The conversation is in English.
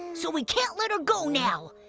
so we can't let her go now.